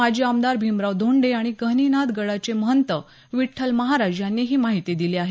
माजी आमदार भीमराव धोंडे आणि गहिनीनाथ गडाचे महंत विठ्ठल महाराज यांनी ही माहिती दिली आहे